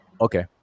Okay